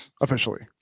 officially